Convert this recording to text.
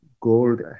gold